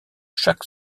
chaque